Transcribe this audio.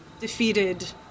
defeated